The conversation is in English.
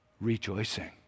Rejoicing